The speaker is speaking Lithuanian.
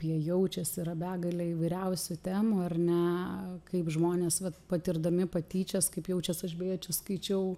jie jaučiasi yra begalė įvairiausių temų ar ne kaip žmonės vat patirdami patyčias kaip jaučias aš beje čia skaičiau